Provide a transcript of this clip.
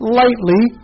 lightly